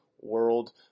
world